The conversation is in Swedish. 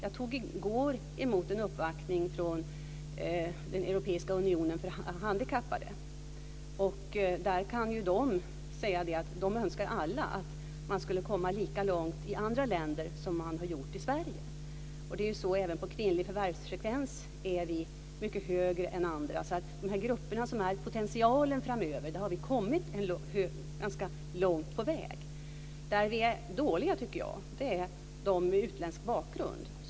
Jag tog i går emot en uppvaktning från den europeiska unionen för handikappade. De önskar alla att man skulle komma lika långt i andra länder som man har gjort i Sverige. Det är så även för kvinnlig förvärvsfrekvens. Där ligger Sverige mycket högre än andra länder. Vi har kommit ganska långt på väg med de grupper som är potentialen framöver. De grupper där vi är dåliga är de med utländsk bakgrund.